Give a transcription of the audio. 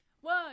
One